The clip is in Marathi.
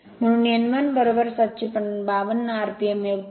म्हणून n 1 752 rpm हे उत्तर आहे